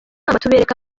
amategeko